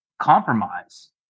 compromise